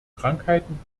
krankheiten